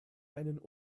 einen